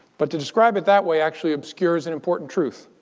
but to describe it that way actually obscures an important truth.